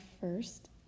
first